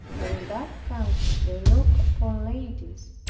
for in that country they look upon ladies,